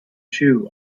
shoe